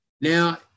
now